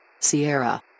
Sierra